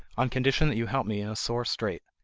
on condition that you help me in a sore strait.